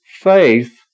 faith